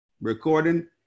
recording